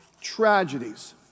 tragedies